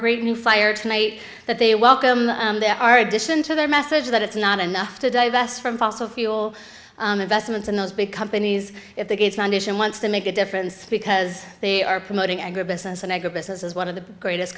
great new fire tonight that they welcome to our addition to their message that it's not enough to divest from fossil fuel vestments and those big companies if the gates foundation wants to make a difference because they are promoting agribusiness and agribusiness as one of the greatest